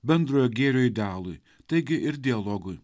bendrojo gėrio idealui taigi ir dialogui